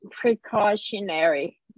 precautionary